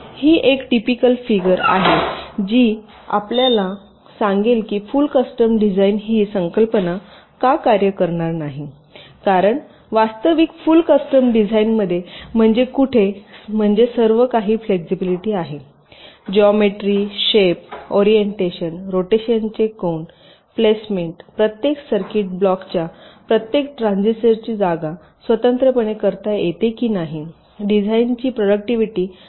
ही एक typical figure आहे जी आपल्याला सांगेल की फुल कस्टम डिझाइन ही संकल्पना का कार्य करणार नाही कारण वास्तविक फुल कस्टम डिझाइनमध्ये म्हणजे कुठे म्हणजे सर्वकाही फ्लेक्सिबिलिटी आहे जिओमेट्री शेप ओरिएन्टेशन रोटेशनचे कोनप्लेसमेंटप्रत्येक सर्किट ब्लॉकच्या प्रत्येक ट्रान्झिस्टर ची जागा स्वतंत्रपणे करता येते की नाही डिझाइनची प्रॉडक्टटिव्हिटी अत्यंत कमी असू शकते